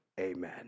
amen